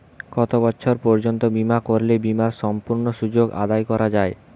কত বছর পর্যন্ত বিমা করলে বিমার সম্পূর্ণ সুযোগ আদায় করা য়ায়?